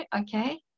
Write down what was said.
okay